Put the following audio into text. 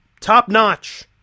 top-notch